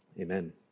Amen